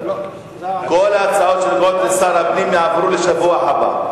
את כל ההצעות לשר הפנים נעביר לשבוע הבא.